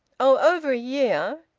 over a year.